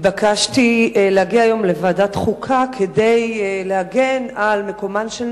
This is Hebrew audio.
התבקשתי להגיע היום לוועדת חוקה כדי להגן על מקומן של